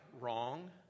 wrong